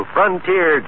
Frontier